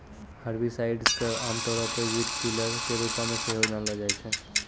herbicides के आमतौरो पे वीडकिलर के रुपो मे सेहो जानलो जाय छै